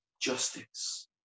justice